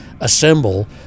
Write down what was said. assemble